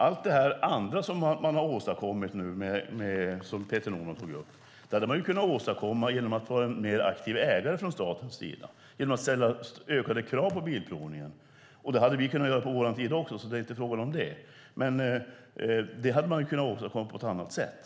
Allt detta andra som man har åstadkommit och som Peter Norman tog upp hade man kunnat åstadkomma genom att vara en mer aktiv ägare från statens sida - genom att ställa ökade krav på Bilprovningen. Det hade vi kunnat göra på vår tid också; det är inte fråga om annat. Men man hade alltså kunnat åstadkomma detta på annat sätt.